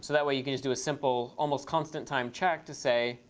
so that way you can do a simple almost constant time check to say,